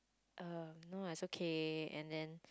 err no lah is okay and then